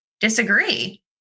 disagree